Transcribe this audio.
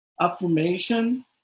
affirmation